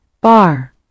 bar